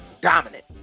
dominant